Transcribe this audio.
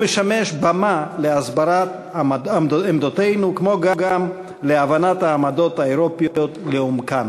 והוא משמש במה להסברת עמדותינו כמו גם להבנת העמדות האירופיות לעומקן.